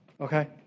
okay